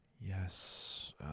Yes